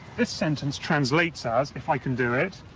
this sentence translates as if i can do it.